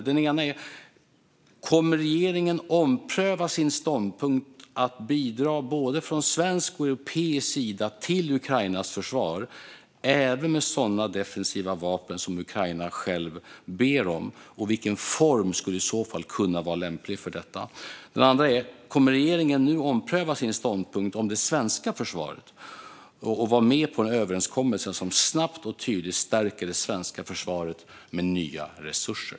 Den ena är: Kommer regeringen att ompröva sin ståndpunkt att bidra från både svensk och europeisk sida till Ukrainas försvar, även med sådana defensiva vapen som Ukraina självt ber om, och vilken form skulle i så fall kunna vara lämplig för detta? Den andra är: Kommer regeringen nu att ompröva sin ståndpunkt om det svenska försvaret och vara med på en överenskommelse som snabbt och tydligt stärker det svenska försvaret med nya resurser?